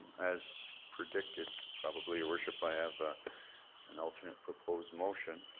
as predicted probably, your worship, i have an alternate proposed motion,